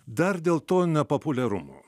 dar dėl to nepopuliarumo